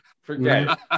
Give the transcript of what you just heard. forget